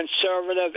conservative